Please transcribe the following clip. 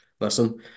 listen